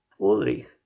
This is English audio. ulrich